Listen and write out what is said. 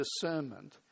discernment